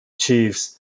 chiefs